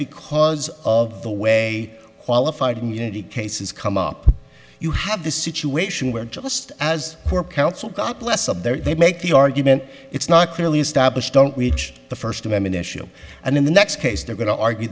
because of the way qualified immunity cases come up you have the situation where just as we're counsel god bless up there they make the argument it's not clearly established don't reach the first amendment issue and in the next case they're going to argue